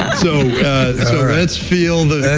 so let's feel the